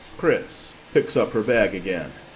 chris picks up her bag again.